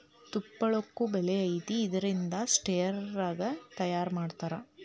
ತುಪ್ಪಳಕ್ಕು ಬೆಲಿ ಐತಿ ಇದರಿಂದ ಸ್ವೆಟರ್, ರಗ್ಗ ತಯಾರ ಮಾಡತಾರ